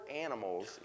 animals